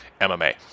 mma